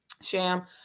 Sham